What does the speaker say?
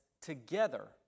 together